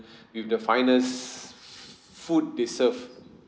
with the finest food they serve